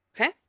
Okay